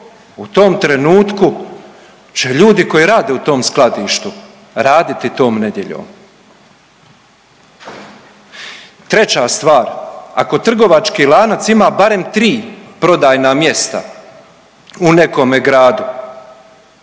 u tom trenutku će ljudi koji rade u tom skladištu raditi tom nedjeljom. Treća stvar, ako trgovački lanac ima barem tri prodajna mjesta u nekome gradu,